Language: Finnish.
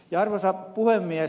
arvoisa puhemies